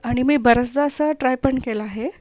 आणि मी बऱ्याचदा असं ट्राय पण केलं आहे